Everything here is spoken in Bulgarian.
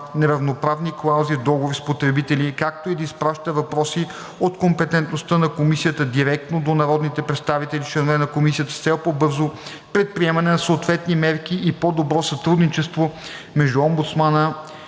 неравноправни клаузи в договори с потребители, както и да изпраща въпроси от компетентността на Комисията директно до народните представители, членове на Комисията, с цел по-бързо предприемане на съответни мерки и по-добро сътрудничество между омбудсмана